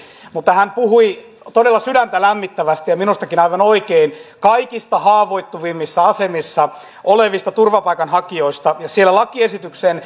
mutta hän puhui todella sydäntä lämmittävästi ja minustakin aivan oikein kaikista haavoittuvimmissa asemissa olevista turvapaikanhakijoista siellä lakiesityksen